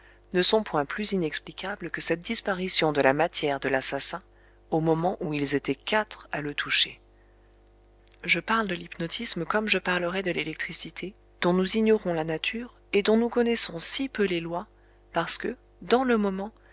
ne sont point plus inexplicables que cette disparition de la matière de l'assassin au moment où ils étaient quatre à la toucher je parle de l'hypnotisme comme je parlerais de l'électricité dont nous ignorons la nature et dont nous connaissons si peu les lois parce que dans le moment